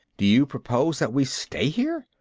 do you propose that we stay here?